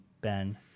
Ben